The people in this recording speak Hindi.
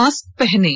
मास्क पहनें